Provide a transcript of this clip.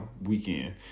weekend